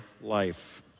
life